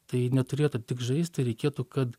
tai neturėtų tik žaisti reikėtų kad